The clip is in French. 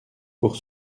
pour